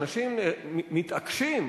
כשאנשים מתעקשים,